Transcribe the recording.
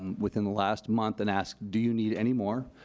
and within the last month and asked, do you need any more?